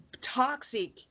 toxic